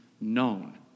known